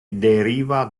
deriva